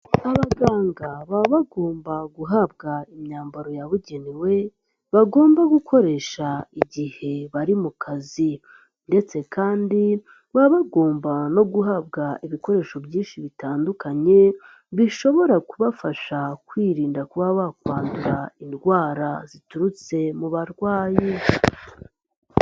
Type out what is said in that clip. Abaganga baba bagomba guhabwa imyambaro yabugenewe bagomba gukoresha igihe bari mu kazi ndetse kandi baba bagomba no guhabwa ibikoresho byinshi bitandukanye bishobora kubafasha kwirinda kuba bakwandura indwara ziturutse mu barwayi.